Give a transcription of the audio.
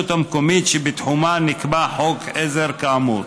המקומית שבתחומה נקבע חוק עזר כאמור.